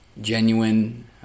genuine